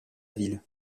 ville